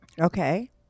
Okay